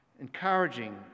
encouraging